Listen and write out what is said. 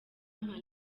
nka